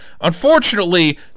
Unfortunately